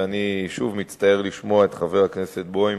ואני שוב מצטער לשמוע את חבר הכנסת בוים,